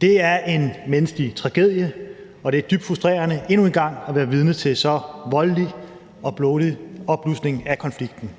Det er en menneskelig tragedie, og det er dybt frustrerende endnu en gang at være vidne til en så voldelig og blodig opblussen af konflikten.